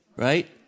right